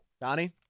Donnie